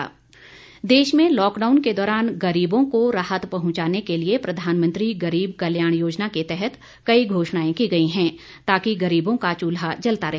उज्जवला लाभार्थी देश में लॉकडाउन के दौरान गरीबों को राहत पहुंचाने के लिए प्रधानमंत्री गरीब कल्याण योजना के तहत कई घोषणाएं की गई हैं ताकि गरीबों का चूल्हा जलता रहे